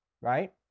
right